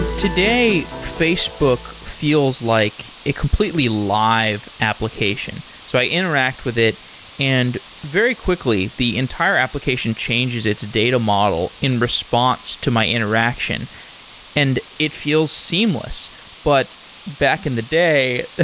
today, facebook feels like a completely live application. so i interact with it and very quickly, the entire application changes its data model in response to my interaction and it feels seamless but back in the day,